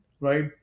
right